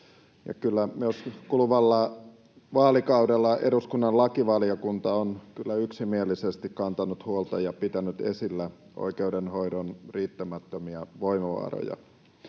myös kuluvalla vaalikaudella eduskunnan lakivaliokunta on yksimielisesti kantanut huolta ja pitänyt esillä oikeudenhoidon riittämättömiä voimavaroja.